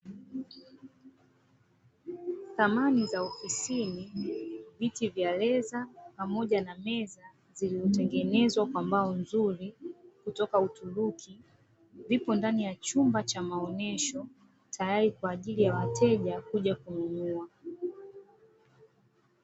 Samani za ofisini, viti vya leza, pamoja na meza zilizotengenezwa kwa mbao nzuri kutoka uturuki. Vipo ndani ya chumba cha maonyesho, tayari kwa ajili ya wateja kuja kununua.